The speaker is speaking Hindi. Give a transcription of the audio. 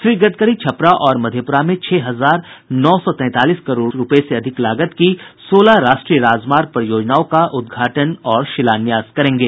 श्री गडकरी छपरा और मधेपुरा में छह हजार नौ सौ तैंतालीस करोड़ रुपए से अधिक लागत की सोलह राष्ट्रीय राजमार्ग परियोजनाओं का उद्घाटन और शिलान्यास करेंगे